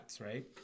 right